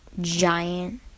giant